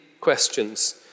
questions